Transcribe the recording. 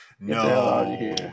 no